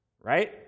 Right